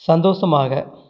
சந்தோஷமாக